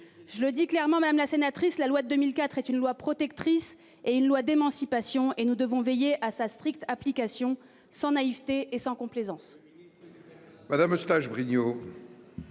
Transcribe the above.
Je le dis clairement, madame la sénatrice, la loi de 2004 est une loi protectrice et une loi d'émancipation et nous devons veiller à sa stricte application sans naïveté et sans complaisance.